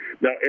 Now